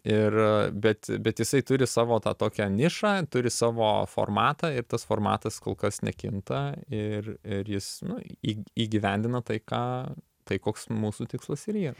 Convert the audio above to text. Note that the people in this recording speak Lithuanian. ir bet bet jisai turi savo tą tokią nišą turi savo formatą ir tas formatas kol kas nekinta ir ir jis nu įgyvendina tai ką tai koks mūsų tikslas ir yra